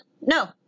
no